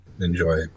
enjoy